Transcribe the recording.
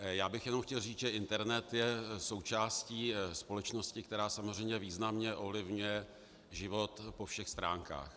Chtěl bych jenom říct, že internet je součástí společnosti, která samozřejmě významně ovlivňuje život po všech stránkách.